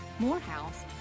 Morehouse